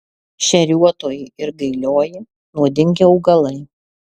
šeriuotoji ir gailioji nuodingi augalai